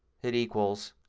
hit equals,